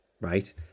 right